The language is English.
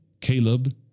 Caleb